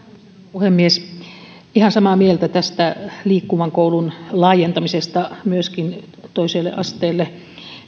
puhemies olen ihan samaa mieltä tästä liikkuvan koulun laajentamisesta myöskin toiselle asteelle